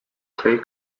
clay